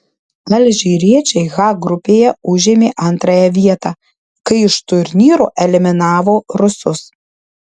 alžyriečiai h grupėje užėmė antrąją vietą kai iš turnyro eliminavo rusus